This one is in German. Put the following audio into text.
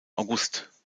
august